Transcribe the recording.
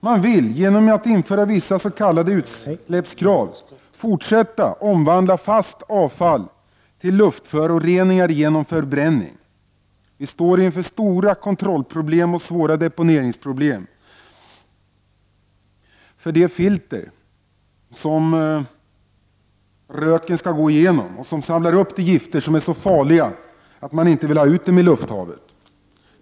Man vill, genom att införa vissa s.k. utsläppskrav, fortsätta att omvandla fast avfall till luftföroreningar genom förbränning. Vi står inför svåra kontrollproblem och svåra deponeringsproblem för de filter som röken skall gå igenom och som samlar upp de gifter som är så farliga att man inte vill ha ut dem i lufthavet.